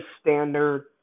standard